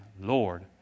Lord